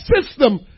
system